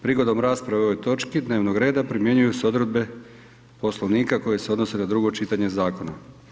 Prigodom rasprave o ovoj točki dnevnog reda primjenjuju se odredbe Poslovnika koje se odnose na drugo čitanje zakona.